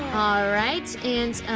alright, and